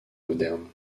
moderne